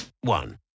one